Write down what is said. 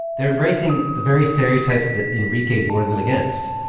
they're embracing the very stereotypes that enrique warned them against.